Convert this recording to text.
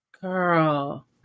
Girl